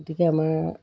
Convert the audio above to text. গতিকে আমাৰ